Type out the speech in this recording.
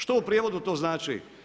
Što u prijevodu to znači?